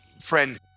friend